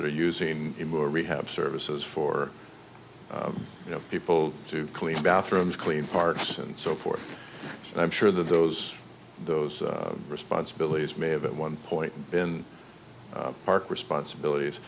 that are using a rehab services for you know people to clean bathrooms clean parks and so forth and i'm sure that those those responsibilities may have at one point been park responsibilities